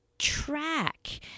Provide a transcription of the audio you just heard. Track